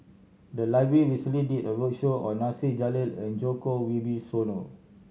the library recently did a roadshow on Nasir Jalil and Djoko Wibisono